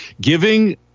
Giving